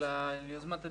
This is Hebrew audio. על יוזמת הדיון.